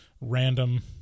random